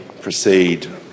proceed